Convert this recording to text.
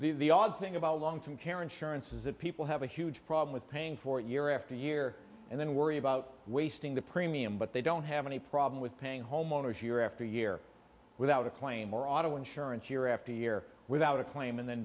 the odd thing about long term care insurance is that people have a huge problem with paying for it year after year and then worry about wasting the premium but they don't have any problem with paying homeowners year after year without a claim or auto insurance year after year without a claim and